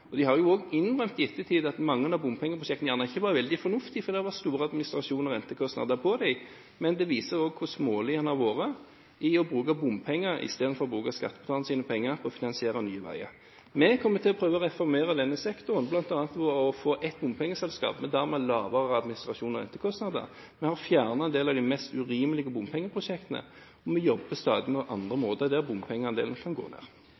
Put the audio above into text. De har jo i ettertid også innrømmet at mange av bompengeprosjektene kanskje ikke var veldig fornuftige, for det var store administrasjons- og rentekostnader i dem. Men det viser også hvor smålig en har vært ved å bruke bompenger istedenfor skattebetalernes penger til å finansiere nye veier. Vi kommer til å prøve å reformere denne sektoren, bl.a. ved å få ett bompengeselskap, men da med lavere administrasjons- og rentekostnader. Vi har fjernet en del av de mest urimelige bompengeprosjektene, og vi jobber stadig med andre måter for å få ned